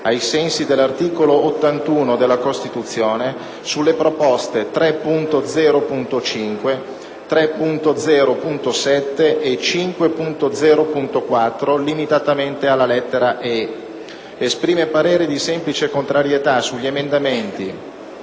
ai sensi dell'articolo 81 della Costituzione, sulle proposte 3.0.5, 3.0.7 e 5.0.4 (limitatamente alla lettera *e)*). Esprime parere di semplice contrarietà sugli emendamenti